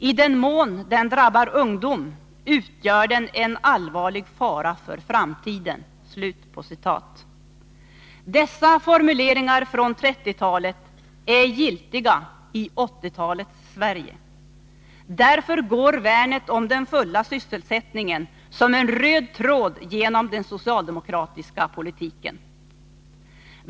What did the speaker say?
I den mån den drabbar ungdom utgör den en allvarlig fara för framtiden.” Dessa formuleringar från 1930-talet är giltiga i 1980-talets Sverige. Därför går värnet för den fulla sysselsättningen som en röd tråd genom den socialdemokratiska politiken.